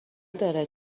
داره